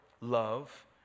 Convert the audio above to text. love